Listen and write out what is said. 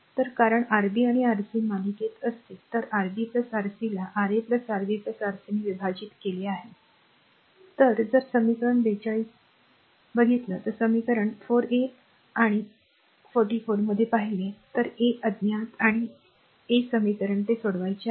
तर कारण Rb आणि Rc मालिकेत असतील तर Rb Rc ला Ra Rb Rc ने विभाजित केले आहे तर जर समीकरण 42 समीकरण 4a आणि 44 मध्ये पाहिले तर a अज्ञात आणि a समीकरणाने ते सोडवायचे आहे